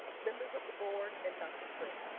members of the board, and dr. fritz.